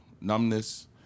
numbness